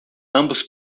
ambos